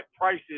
prices